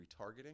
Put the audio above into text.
retargeting